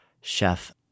chef